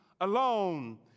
alone